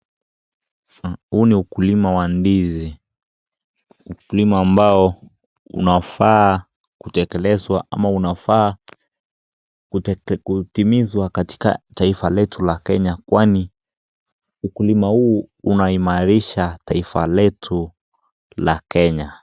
Huu ni ukulima wa ndizi, ukulima ambao unafaa kutekelezwa ama inafaa kutimizwa katika taifa letu la Kenya, kwa ukulima huu inaimairisha taifa letu la kenya.